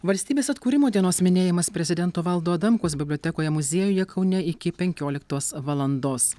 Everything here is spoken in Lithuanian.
valstybės atkūrimo dienos minėjimas prezidento valdo adamkaus bibliotekoje muziejuje kaune iki penkioliktos valandos